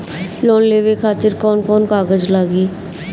Loan लेवे खातिर कौन कौन कागज लागी?